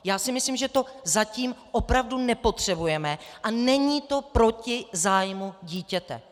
Já si myslím, že to zatím opravdu nepotřebujeme a není to proti zájmu dítěte.